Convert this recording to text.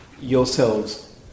yourselves